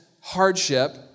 hardship